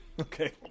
Okay